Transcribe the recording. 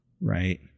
right